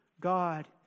God